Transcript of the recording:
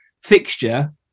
fixture